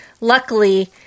Luckily